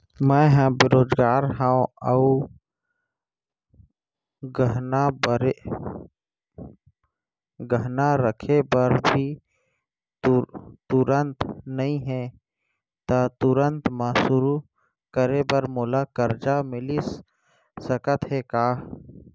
मैं ह बेरोजगार हव अऊ गहना रखे बर भी तुरंत नई हे ता तुरंत काम शुरू करे बर मोला करजा मिलिस सकत हे का?